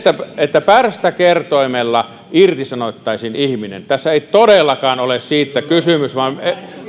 että pärstäkertoimella irtisanottaisiin ihminen tässä ei todellakaan ole kysymys